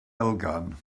elgan